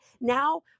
now